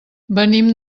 venim